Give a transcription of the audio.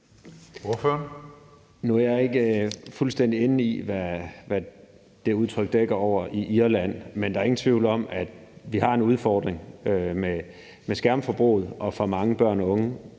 Nu er jeg ikke fuldstændig inde i, hvad det udtryk dækker over i Irland, men der er ingen tvivl om, at vi har en udfordring med skærmforbruget, at for mange børn og unge